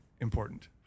important